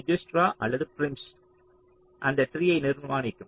Dijkstra அல்லது Prim's Prim's அந்த ட்ரீயை நிர்மாணிக்கும்